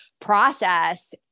process